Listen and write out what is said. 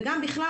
וגם בכלל,